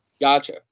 Gotcha